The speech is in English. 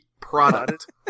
product